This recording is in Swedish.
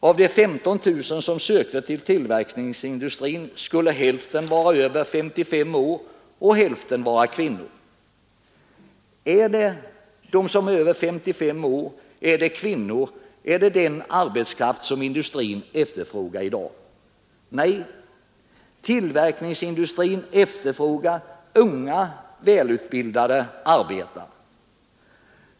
Av 15 000 som sökte till tillverkningsindustrin skulle hälften vara över 55 år och hälften vara kvinnor. Är det personer över 55 år eller är det kvinnor som industrin efterfrågar i dag som sin arbetskraft? Nej, tillverkningsindustrin efterfrågar unga, välutbildade arbetare.